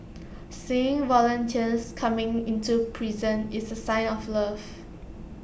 seeing volunteers coming into prison is A sign of love